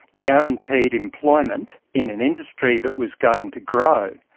guaranteed employment in an industry that was going to grow.